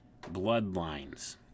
bloodlines